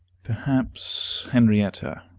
perhaps henrietta.